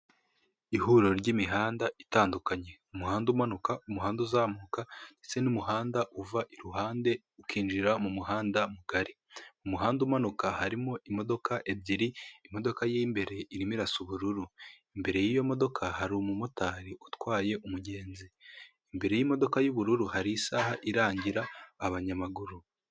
Ihuriro ry'imihanda itandukanye, umuhanda umanuka, umuhanda uzamuka ndetse n'umuhanda uva i ruhande ukinjira mu muhanda mugari, umuhanda umanuka harimo imodoka ebyiri imodoka y'imbere irimo irarasa ubururu, imbere y'iyo modoka hari umu motari utwaye umugenzi imbere y'imodoka y'ubururu hari isaha irangira abanyamaguru.